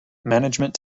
management